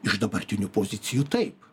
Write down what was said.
iš dabartinių pozicijų taip